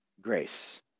grace